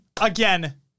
again